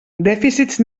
dèficits